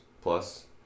plus